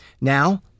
Now